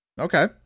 Okay